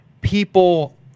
People